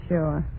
Sure